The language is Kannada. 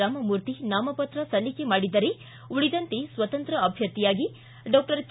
ರಾಮಮೂರ್ತಿ ನಾಮಪತ್ರ ಸಲ್ಲಿಕೆ ಮಾಡಿದ್ದರೆ ಉಳಿದಂತೆ ಸ್ವತಂತ್ರ ಅಭ್ಭರ್ಥಿಯಾಗಿ ಡಾಕ್ಟರ್ ಕೆ